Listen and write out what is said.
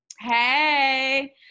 Hey